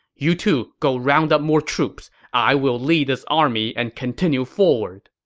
you two go round up more troops. i will lead this army and continue forward.